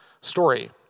story